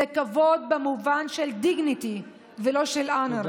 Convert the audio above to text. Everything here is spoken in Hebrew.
זה כבוד במובן של dignity ולא של honor".